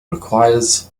requires